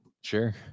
sure